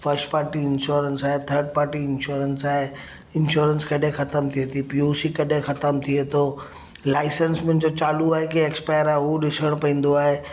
first party insurance आहे third party insurance आहे insurance कॾहिं ख़तमु थिए थी पी ओ सी कॾहिं ख़तमु थिए थो लाइसेंस मुंहिंजो चालू आहे कि एक्सपायर आहे उहो ॾिसणो पईंदो आहे